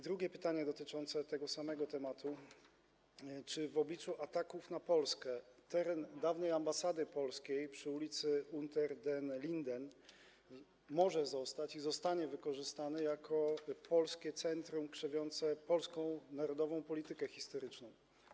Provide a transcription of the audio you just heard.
Drugie pytanie dotyczące tego samego tematu: Czy w obliczu ataków na Polskę teren dawnej polskiej ambasady przy Unter den Linden może zostać i zostanie wykorzystany jako polskie centrum krzewiące polską narodową politykę historyczną?